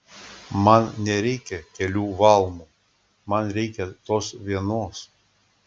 man nereikia kelių valmų man reikia tos vienos